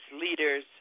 leaders